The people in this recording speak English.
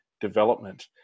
development